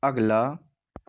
اگلا